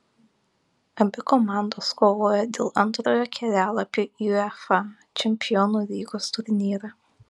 abi komandos kovoja dėl antrojo kelialapio į uefa čempionų lygos turnyrą